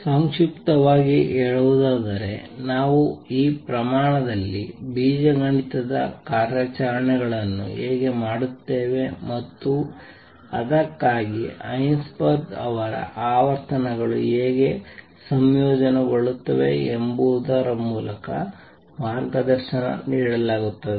ಸಂಕ್ಷಿಪ್ತವಾಗಿ ಹೇಳುವುದಾದರೆ ನಾವು ಈ ಪ್ರಮಾಣದಲ್ಲಿ ಬೀಜಗಣಿತದ ಕಾರ್ಯಾಚರಣೆಗಳನ್ನು ಹೇಗೆ ಮಾಡುತ್ತೇವೆ ಮತ್ತು ಅದಕ್ಕಾಗಿ ಹೈಸೆನ್ಬರ್ಗ್ ರವರ ಆವರ್ತನಗಳು ಹೇಗೆ ಸಂಯೋಜನೆಗೊಳ್ಳುತ್ತವೆ ಎಂಬುದರ ಮೂಲಕ ಮಾರ್ಗದರ್ಶನ ನೀಡಲಾಗುತ್ತದೆ